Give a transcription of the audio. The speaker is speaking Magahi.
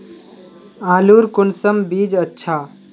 आलूर कुंसम बीज अच्छा?